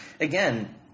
again